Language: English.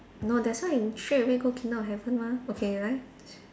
no that's why is straight away go kingdom of heaven mah okay 来